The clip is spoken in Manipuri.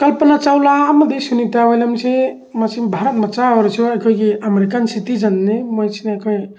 ꯀꯜꯄꯅꯥ ꯆꯥꯎꯂꯥ ꯑꯃꯗꯤ ꯁꯨꯅꯤꯇꯥ ꯋꯤꯜꯂꯤꯌꯝꯁꯤ ꯃꯁꯤ ꯚꯥꯔꯠ ꯃꯆꯥ ꯑꯣꯏꯔꯁꯨ ꯑꯩꯈꯣꯏꯒꯤ ꯑꯃꯦꯔꯤꯀꯥꯟ ꯁꯤꯇꯤꯖꯟꯅꯤ ꯃꯣꯏꯁꯤꯅ ꯑꯩꯈꯣꯏ